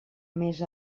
més